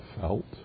felt